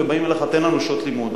ובאים אליך: תן לנו שעות לימוד.